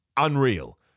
unreal